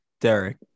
Derek